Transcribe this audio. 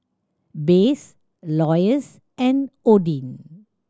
Besse Loyce and Odin